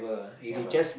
never